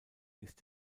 ist